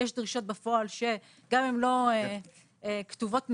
יש דרישות בפועל שגם אם לא כתובות מראש,